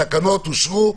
התקנות אושרו.